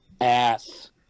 ass